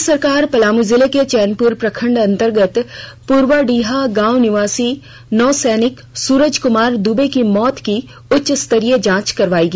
राज्य सरकार पलामू जिले के चैनप्र प्रखंड अंतर्गत पूर्वडीहा गांव निवासी नौसैनिक सूरज कमार दूबे की मौत की उच्चस्तरीय जांच कराएगी